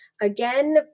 Again